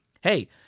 Hey